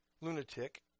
lunatic